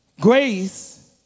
Grace